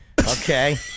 Okay